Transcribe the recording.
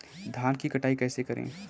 धान की कटाई कैसे करें?